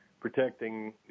protecting